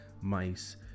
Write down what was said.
mice